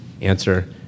Answer